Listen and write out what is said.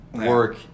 work